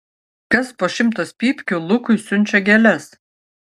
kas po šimtas pypkių lukui siunčia gėles